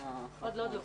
עוד לא.